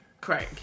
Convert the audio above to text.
craig